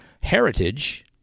heritage